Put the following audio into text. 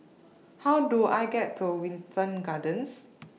How Do I get to Wilton Gardens